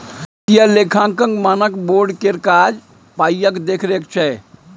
वित्तीय लेखांकन मानक बोर्ड केर काज पायक देखरेख छै